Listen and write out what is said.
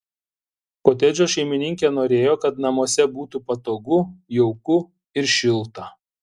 kotedžo šeimininkė norėjo kad namuose būtų patogu jauku ir šilta